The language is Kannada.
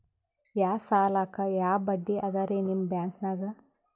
ಯಾ ಸಾಲಕ್ಕ ಯಾ ಬಡ್ಡಿ ಅದರಿ ನಿಮ್ಮ ಬ್ಯಾಂಕನಾಗ?